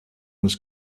was